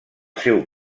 seu